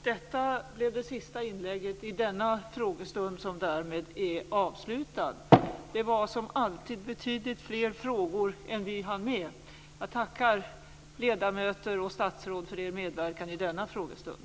Därmed är denna frågestund avslutad. Det var som alltid betydligt fler frågor än vi hann med. Jag tackar ledamöter och statsråd för er medverkan i denna frågestund.